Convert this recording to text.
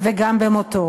וגם במותו,